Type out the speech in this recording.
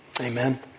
Amen